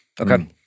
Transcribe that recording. Okay